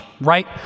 right